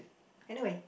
anyway